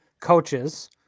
coaches